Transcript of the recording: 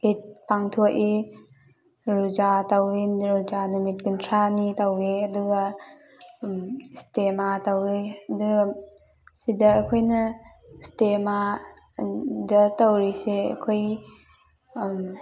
ꯏꯗ ꯄꯥꯡꯊꯣꯛꯏ ꯔꯨꯖꯥ ꯇꯧꯋꯤ ꯔꯨꯖꯥ ꯅꯨꯃꯤꯠ ꯀꯨꯟꯊ꯭ꯔꯅꯤ ꯇꯧꯋꯦ ꯑꯗꯨꯒ ꯏꯁꯇꯦꯃꯥ ꯇꯧꯋꯦ ꯑꯗꯨꯒ ꯁꯤꯗ ꯑꯩꯈꯣꯏꯅ ꯏꯁꯇꯦꯃꯥꯗ ꯇꯧꯔꯤꯁꯦ ꯑꯩꯈꯣꯏꯒꯤ